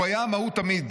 "הוא היה מהות תמיד.